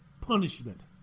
punishment